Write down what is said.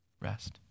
Rest